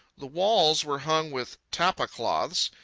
the walls were hung with tapa-cloths.